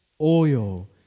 oil